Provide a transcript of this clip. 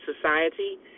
society